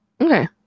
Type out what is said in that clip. okay